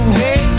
hey